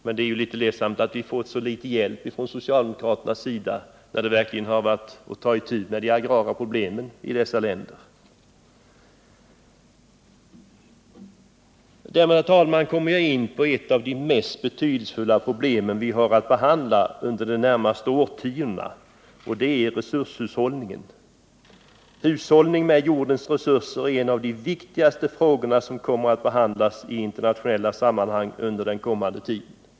Men det är ledsamt att vi får så litet hjälp från socialdemokraternas sida när det verkligen gäller att ta itu med de agrara problemen i dessa länder. Därmed, herr talman, kommer jag in på ett av de mest betydelsefulla problem vi har att behandla under de närmaste årtiondena, och det är resurshushållningen. Hushållningen med jordens resurser är en av de viktigaste frågor som kommer att behandlas i internationella sammanhang under den kommande tiden.